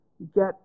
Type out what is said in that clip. Get